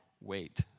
Wait